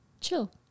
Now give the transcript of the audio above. Chill